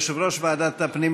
יושב-ראש ועדת הפנים,